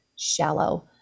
shallow